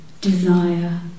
desire